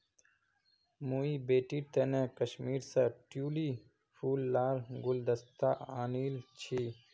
मुई बेटीर तने कश्मीर स ट्यूलि फूल लार गुलदस्ता आनील छि